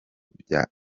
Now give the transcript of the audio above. bya